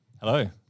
Hello